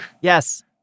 Yes